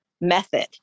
method